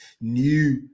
new